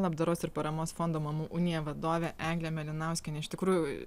labdaros ir paramos fondo mamų unija vadovė eglė mėlynauskienė iš tikrųjų